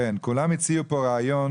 כולם הציעו פה רעיון